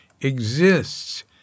exists